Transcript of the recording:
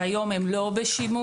שהיום הם לא בשימוש,